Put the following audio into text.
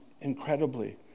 incredibly